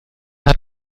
hat